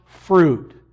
fruit